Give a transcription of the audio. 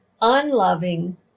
unloving